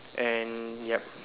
and yup